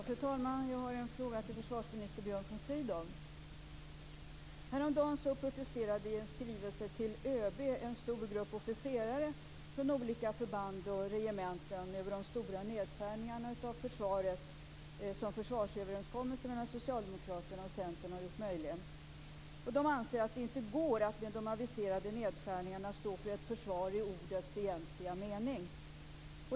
Fru talman! Jag har en fråga till försvarsminister Häromdagen protesterade i en skrivelse till ÖB en stor grupp officerare från olika förband och regementen mot de stora nedskärningar av försvaret som försvarsöverenskommelsen mellan Socialdemokraterna och Centern har gjort möjliga. De anser att det med de aviserade nedskärningarna inte går att stå för ett försvar i ordets egentliga mening.